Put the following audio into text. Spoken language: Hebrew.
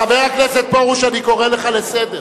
חבר הכנסת פרוש, אני קורא אותך לסדר.